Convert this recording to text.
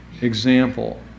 Example